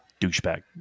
Douchebag